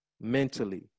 mentally